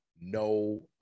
no